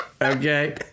Okay